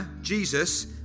Jesus